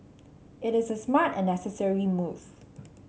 it is a smart and necessary move